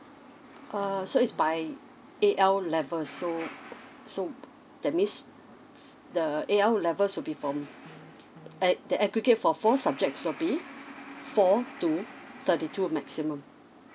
err so it's by A L level so so that means the A L levels will be form eh the aggregate for four subjects will four to thirty two maximum